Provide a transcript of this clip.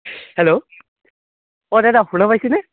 hello অ' দাদা শুনা পাইছেনে